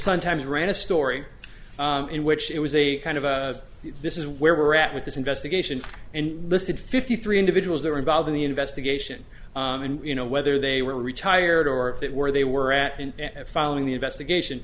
sun times ran a story in which it was a kind of this is where we're at with this investigation and listed fifty three individuals that are involved in the investigation and you know whether they were retired or that were they were acting and following the investigation